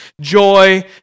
joy